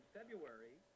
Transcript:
February